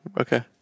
Okay